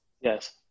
Yes